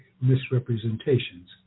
misrepresentations